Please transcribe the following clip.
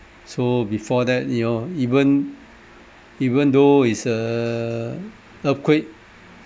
so before that you know even even though is err earthquake